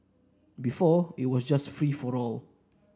before it was just free for all